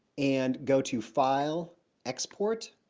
and go to file export